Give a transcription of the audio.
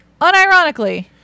unironically